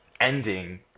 ending